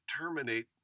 terminate